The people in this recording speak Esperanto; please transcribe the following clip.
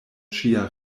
ĉia